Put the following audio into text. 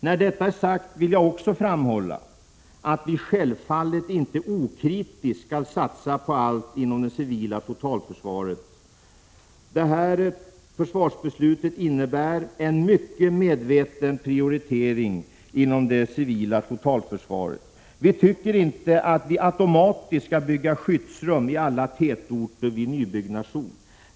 När detta är sagt vill jag också framhålla att man självfallet inte okritiskt 67 skall satsa på allt inom det civila totalförsvaret. Detta försvarsbeslut innebär en mycket medveten prioritering inom det civila totalförsvaret. Regeringen anser inte att det automatiskt skall byggas skyddsrum i alla tätorter vid nybyggnation.